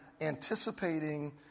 anticipating